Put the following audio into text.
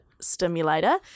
stimulator